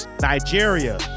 Nigeria